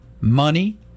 money